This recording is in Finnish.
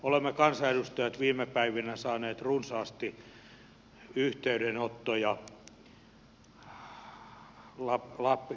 me kansanedustajat olemme viime päivinä saaneet runsaasti yhteydenottoja lapin asukkailta